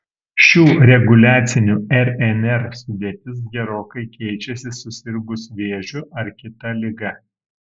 šių reguliacinių rnr sudėtis gerokai keičiasi susirgus vėžiu ar kita liga